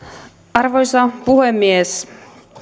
arvoisa puhemies